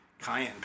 cayenne